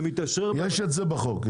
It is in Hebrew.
יש את זה בחוק.